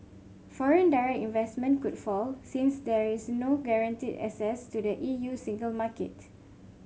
foreign direct investment could fall since there is no guaranteed access to the E U single market